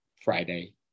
Friday